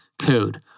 code